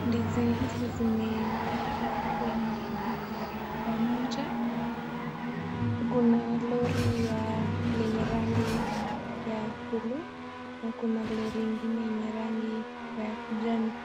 Ndizi hizi zimewekwa kwenye mahali pamoja. Kuna lori lenye rangi ya bluu na kuna lori ingine yenye rangi ya kijani.